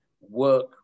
work